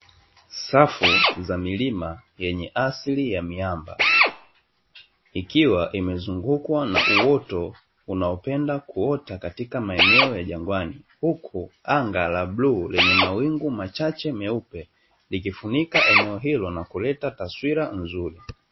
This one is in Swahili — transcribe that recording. Safu za milima yenye asili ya miamba, ikiwa imezungukwa na uoto unaopenda kuota katika maeneo ya jangwani, huku anga la bluu lenye mawingu machache meupe, likifunika eneo hilo na kuleta taswira nzuri.